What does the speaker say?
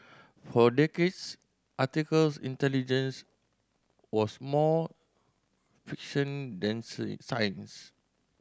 for decades articles intelligence was more fiction than science